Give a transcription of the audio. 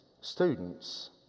students